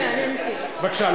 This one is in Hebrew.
בבקשה.